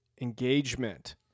engagement